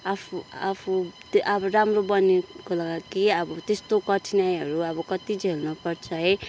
आफू आफू त्यो अब राम्रो बनिनुको लागि अब त्यस्तो कठिनाइहरू अब कति झेल्नु पर्छ है